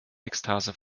ekstase